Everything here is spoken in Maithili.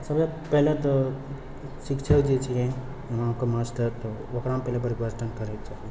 सबसँ पहिले तऽ शिक्षक जे छियै गाँवके मास्टर ओकरामे पहिले परिवर्तन करैके चाही